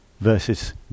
versus